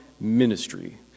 ministry